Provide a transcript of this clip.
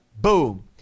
boom